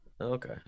Okay